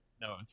no